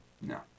No